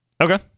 okay